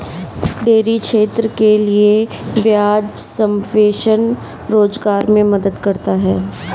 dairy क्षेत्र के लिये ब्याज सबवेंशन रोजगार मे मदद करता है